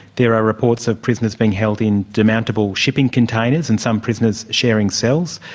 there are reports of prisoners being held in demountable shipping containers, and some prisoners sharing cells.